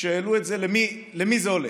כשהעלו את זה, למי זה הולך,